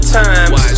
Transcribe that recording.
times